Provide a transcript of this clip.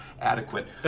adequate